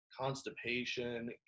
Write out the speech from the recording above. constipation